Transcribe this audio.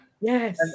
Yes